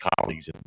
colleagues